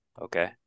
okay